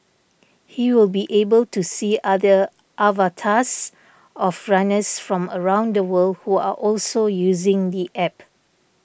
he will be able to see other avatars of runners from around the world who are also using the App